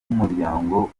n’umuryango